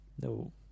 No